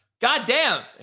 Goddamn